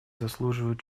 заслуживают